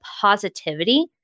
positivity